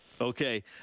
Okay